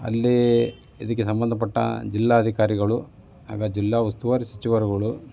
ಅಲ್ಲಿ ಇದಕ್ಕೆ ಸಂಬಂಧಪಟ್ಟ ಜಿಲ್ಲಾಧಿಕಾರಿಗಳು ಹಾಗೂ ಜಿಲ್ಲಾ ಉಸ್ತುವಾರಿ ಸಚಿವರುಗಳು